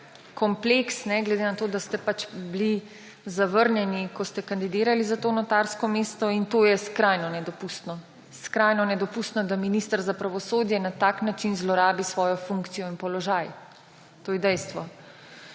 kompleks glede na to, da ste bili zavrnjeni, ko ste kandidirali za to notarsko mesto, in to je skrajno nedopustno. Skrajno nedopustno je, da minister za pravosodje na tak način zlorabi svojo funkcijo in položaj. To je dejstvo.